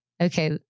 okay